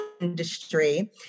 industry